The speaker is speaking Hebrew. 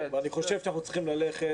אני חושב שאנחנו צריכים ללכת,